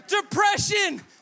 Depression